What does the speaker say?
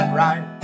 right